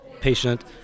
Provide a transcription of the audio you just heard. patient